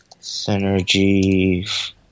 Synergy